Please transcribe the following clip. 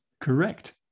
Correct